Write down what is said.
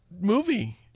movie